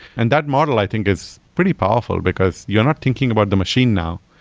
and that model i think is pretty powerful, because you're not thinking about the machine now.